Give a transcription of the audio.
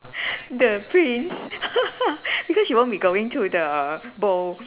the prince because she won't be going to the ball